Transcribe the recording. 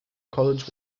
college